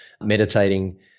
meditating